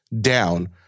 down